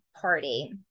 party